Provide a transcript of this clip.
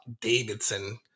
Davidson